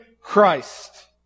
Christ